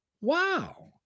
Wow